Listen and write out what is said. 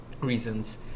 reasons